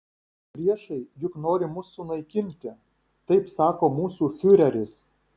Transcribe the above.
priešai juk nori mus sunaikinti taip sako mūsų fiureris